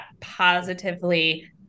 positively